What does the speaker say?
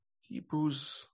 Hebrews